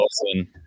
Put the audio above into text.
Wilson